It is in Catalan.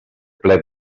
ple